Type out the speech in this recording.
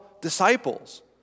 disciples